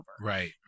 right